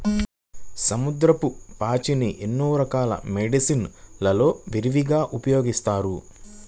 సముద్రపు పాచిని ఎన్నో రకాల మెడిసిన్ లలో విరివిగా ఉపయోగిస్తారు